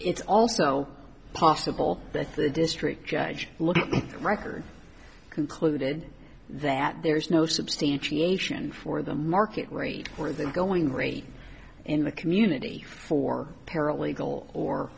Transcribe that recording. it's also possible that the district judge look record concluded that there is no substantiation for the market rate or the going rate in the community for paralegal or